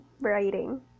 writing